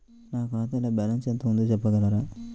నా ఖాతాలో బ్యాలన్స్ ఎంత ఉంది చెప్పగలరా?